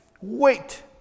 Wait